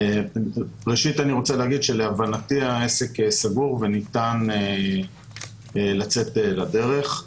ראשית, להבנתי, העסק סגור וניתן לצאת לדרך.